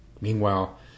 Meanwhile